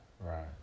Right